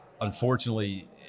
unfortunately